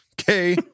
Okay